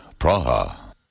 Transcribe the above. Praha